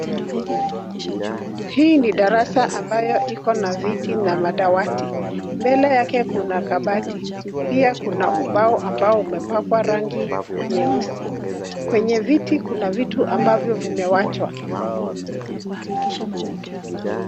Hii ni darasa ambayo iko na viti na madawati. Mbele yake kuna kabati. Pia kuna ubao ambao umepakwa rangi nyeusi. Kwenye viti kuna vitu ambavyo vimewachwa.